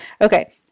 Okay